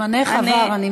זמנך עבר.